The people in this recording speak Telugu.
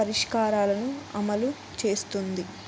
పరిష్కారాలను అమలు చేస్తుంది